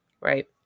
right